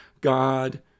God